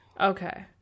okay